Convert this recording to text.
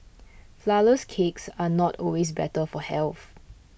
Flourless Cakes are not always better for health